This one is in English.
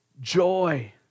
joy